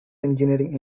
engineering